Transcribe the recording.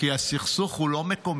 כי הסכסוך הוא לא מקומי,